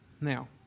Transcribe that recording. Now